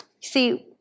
See